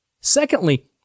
Secondly